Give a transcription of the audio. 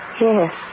Yes